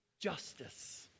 justice